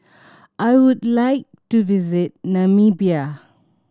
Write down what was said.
I would like to visit Namibia